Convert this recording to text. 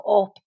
up